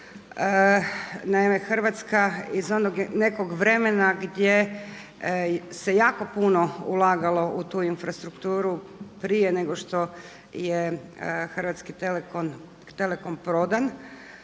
Naime, Hrvatska iz onog nekog vremena gdje se jako puno ulagalo u tu infrastrukturu prije nego što je Hrvatski telekom prodan,